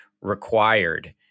required